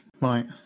right